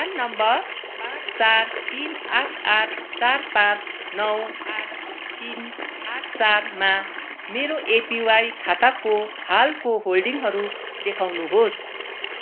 PRAN number पाँच चार तिन आठ आठ चार पाँच नौ आठ तिन आठ चारमा मेरो एपिवाई खाताको हालको होल्डिङहरू देखाउनुहोस्